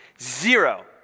Zero